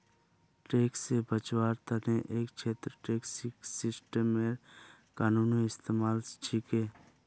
tax से बचवार तने एक छेत्रत टैक्स सिस्टमेर कानूनी इस्तेमाल छिके